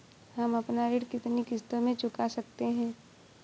हम अपना ऋण कितनी किश्तों में चुका सकते हैं?